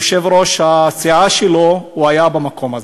יושב-ראש הסיעה שלו היה במקום הזה.